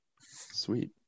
sweet